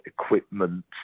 equipment